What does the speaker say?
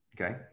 Okay